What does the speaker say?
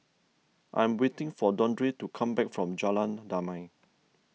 I am waiting for Dondre to come back from Jalan Damai